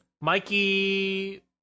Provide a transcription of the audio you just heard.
Mikey